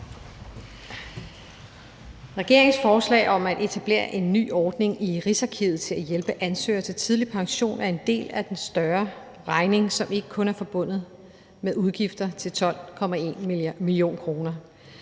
Regeringens forslag om at etablere en ny ordning i Rigsarkivet til at hjælpe ansøgere til tidlig pension er en del af den større regning, som ikke kun er forbundet med udgifter til 12,1 mio. kr.